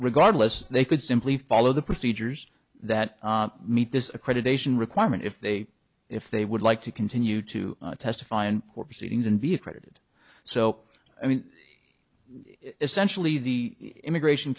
regardless they could simply follow the procedures that meet this accreditation requirement if they if they would like to continue to testify in court proceedings and be accredited so i mean essentially the immigration